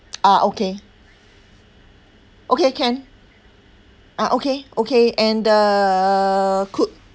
ah okay okay can ah okay okay and the cook